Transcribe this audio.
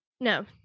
no